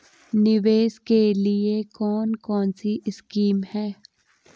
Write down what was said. निवेश के लिए कौन कौनसी स्कीम हैं?